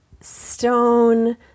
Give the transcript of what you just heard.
stone